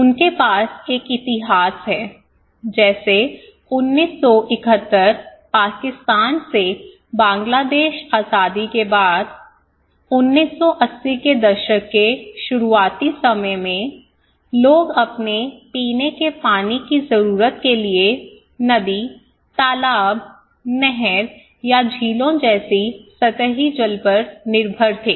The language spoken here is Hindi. उनके पास एक इतिहास है जैसे 1971 पाकिस्तान से बांग्लादेश आजादी के बाद 1980 के दशक के शुरुआती समय में लोग अपने पीने के पानी की जरूरत के लिए नदी तालाब नहर या झीलों जैसे सतही जल पर निर्भर थे